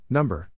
Number